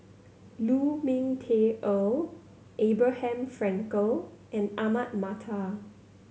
Lu Ming Teh Earl Abraham Frankel and Ahmad Mattar